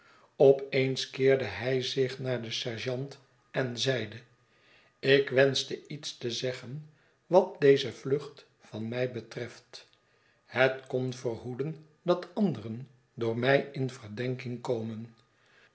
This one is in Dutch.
op eens keerde hij zich naar den sergeant en zeide ik wenschte iets te zeggen wat deze vlucht van mij betrefb het kon verhoeden dat anderen door mij in verdenkig komen